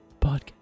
podcast